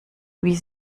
wie